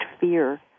fear